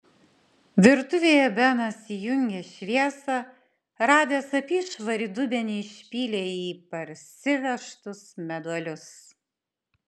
virtuvėje benas įjungė šviesą radęs apyšvarį dubenį išpylė į jį parsivežtus meduolius